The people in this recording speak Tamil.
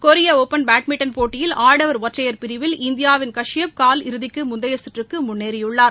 கொரிய ஒப்பன் பேட்மிண்டன் போட்டியில் ஆடவர் ஒற்றையர் பிரிவில் இந்தியாவின் காஸியப் கால் இறுதிக்கு முந்தைய சுற்றுக்கு முன்னேறியுள்ளார்